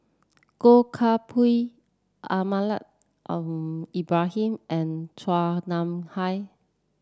Goh Koh Pui Almahdi Al Ibrahim and Chua Nam Hai